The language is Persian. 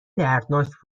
دردناک